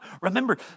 Remember